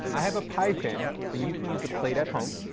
i have a pie tin, but you can use a plate at home.